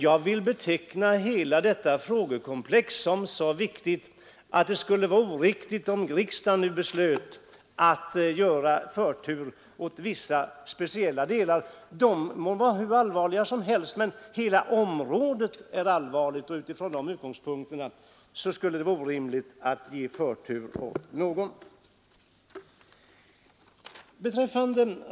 Jag vill beteckna hela detta frågekomplex som så viktigt att det skulle vara oriktigt om riksdagen beslöt att ge förtur åt vissa speciella delar — de må vara hur väsentliga som helst, men hela området är väsentligt, och utifrån den utgångspunkten skulle det vara orimligt att ge förtur åt någon del.